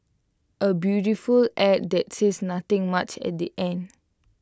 A beautiful Ad that says nothing much at the end